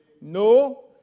No